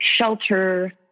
shelter